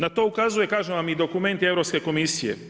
Na to ukazuje kažem vam i dokument Europske komisije.